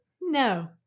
no